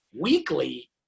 weekly